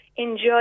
enjoy